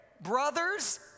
brothers